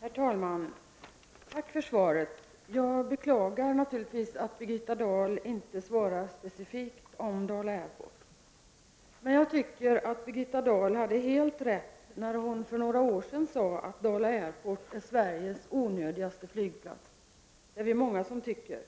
Herr talman! Tack för svaret. Jag beklagar naturligtvis att Birgitta Dahl inte svarar specifikt om Dala Airport. Jag tycker att Birgitta Dahl hade helt rätt när hon för några år sedan sade att Dala Airport är Sveriges onödigaste flygplats. Det är många som tycker det, men